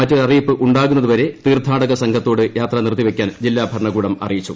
മറ്റൊരറിയിപ്പ് ഉണ്ടാകുന്നുതുപൂരെ തീർത്ഥാടക സംഘത്തോട് യാത്ര നിർത്തിവയ്ക്കാൻ ജില്ലാ ഭൂര്ണകൂടം അറിയിച്ചു